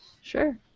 Sure